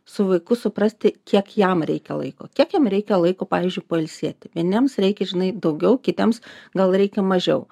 su vaiku suprasti kiek jam reikia laiko kiek jam reikia laiko pavyzdžiui pailsėti vieniems reikia žinai daugiau kitiems gal reikia mažiau